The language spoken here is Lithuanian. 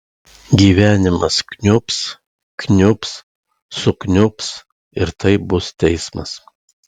gyvenimas kniubs kniubs sukniubs ir tai bus teismas